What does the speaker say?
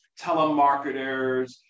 telemarketers